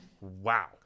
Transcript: wow